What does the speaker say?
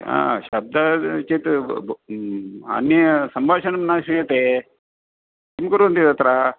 शब्दः तत् चेत् उम्म् अन्य सम्भाषणं न श्रूयते किं कुर्वन्ति तत्र